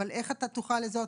אבל איך אתה תוכל לזהות?